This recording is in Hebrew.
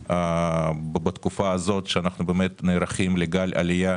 תוקף בתקופה הזאת, שאנחנו נערכים לגל עלייה